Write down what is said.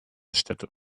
städte